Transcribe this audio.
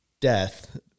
death